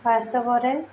ବାସ୍ତବରେ